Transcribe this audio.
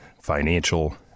financial